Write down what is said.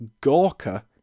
Gorka